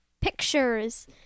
pictures